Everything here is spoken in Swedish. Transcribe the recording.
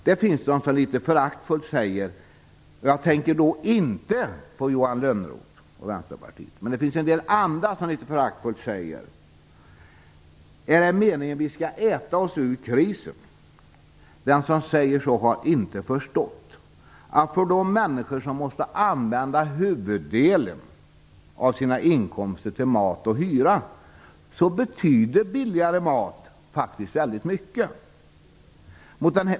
Det finns de som säger - jag tänker nu inte på Johan Lönnroth och Vänsterpartiet - men det finns en del andra som litet föraktfull säger: Är det meningen att vi skall äta oss ur krisen? Den som säger så har inte förstått att för de människor som måste använda huvuddelen av sina inkomster till mat och hyra betyder billigare mat faktiskt väldigt mycket.